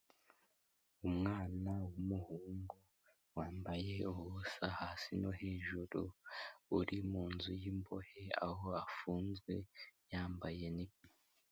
Umwana w’umuhungu wambaye ubusa hasi no hejuru uri mu nzu y'imbohe aho afunzwe yambaye ni,